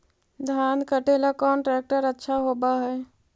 धान कटे ला कौन ट्रैक्टर अच्छा होबा है?